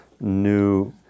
new